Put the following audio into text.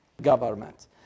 Government